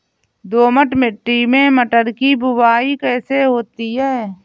दोमट मिट्टी में मटर की बुवाई कैसे होती है?